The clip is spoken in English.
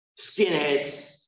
skinheads